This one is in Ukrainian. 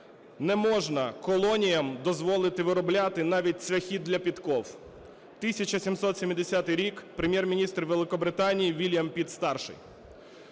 "Не можна колоніям дозволити виробляти навіть цвяхи для підков", 1770 рік, Прем’єр-міністр Великобританії Вільям Пітт (старший).